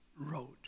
wrote